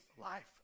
life